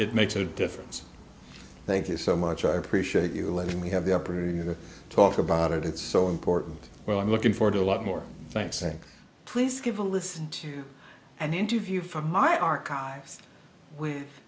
it makes a difference thank you so much i appreciate you letting me have the opportunity to talk about it it's so important well i'm looking forward to a lot more thanks and please give a listen to an interview from my archives w